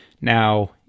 now